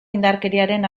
indarkeriaren